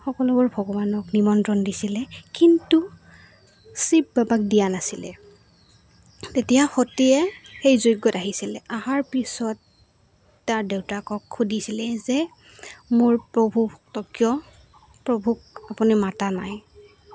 সকলোবোৰ ভগৱানক নিমন্ত্ৰণ দিছিলে কিন্তু শিৱ বাবাক দিয়া নাছিলে তেতিয়া সতীয়ে সেই যজ্ঞত আহিছিলে আহাৰ পিছত তাৰ দেউতাকক সুধিছিলে যে মোৰ প্ৰভুতক্তক কিয় প্ৰভুক আপুনি মতা নাই